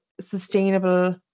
sustainable